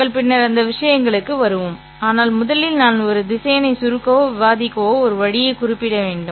நாங்கள் பின்னர் அந்த விஷயங்களுக்கு வருவோம் ஆனால் முதலில் நான் ஒரு திசையனை சுருக்கவோ விரிவாக்கவோ ஒரு வழியைக் குறிப்பிட வேண்டும்